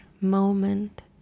moment